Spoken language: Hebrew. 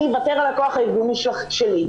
אני אוותר על הכוח הארגוני שלי',